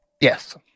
Yes